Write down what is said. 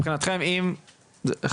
מבחינתכם אם --- אז,